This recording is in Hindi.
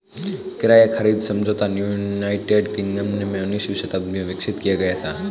किराया खरीद समझौता यूनाइटेड किंगडम में उन्नीसवीं शताब्दी में विकसित किया गया था